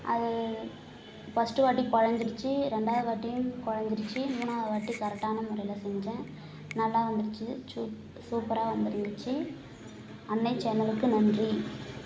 அது ஃபர்ஸ்டு வாட்டி குழைஞ்சிருச்சி ரெண்டாவது வாட்டியும் குழைஞ்சிருச்சி மூணாவது வாட்டி கரெட்டான முறையில் செஞ்சேன் நல்லா வந்துருச்சு சூ சூப்பராக வந்து இருந்துச்சு அன்னை சேனலுக்கு நன்றி